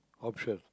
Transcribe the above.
option